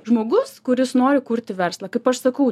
žmogus kuris nori kurti verslą kaip aš sakau